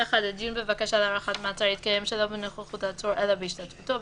(1)הדיון בבקשה להארכת מעצר יתקיים שלא בנוכחות העצור אלא בהשתתפותו,